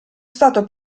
stato